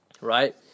Right